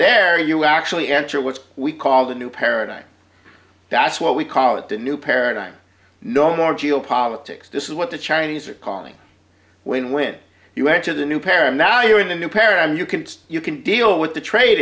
dare you actually enter what we call the new paradigm that's what we call it the new paradigm no more geopolitics this is what the chinese are calling when when you add to the new param now you with a new paradigm you can you can deal with the trade